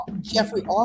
Jeffrey